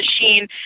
machine